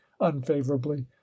unfavorably